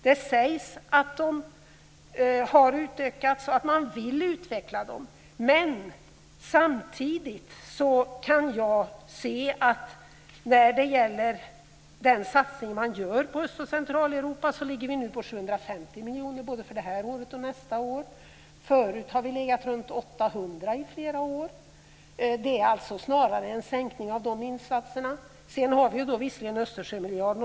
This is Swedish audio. Det sägs att de har utökats och att man vill utveckla dem, men samtidigt kan jag se att satsningen som görs på Öst och Centraleuropa ligger på 750 miljoner för både detta och nästa år. Förut har insatserna legat runt 800 miljoner i flera år. Det är alltså snarare en sänkning av insatserna. Visserligen har vi Östersjömiljarden.